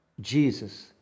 Jesus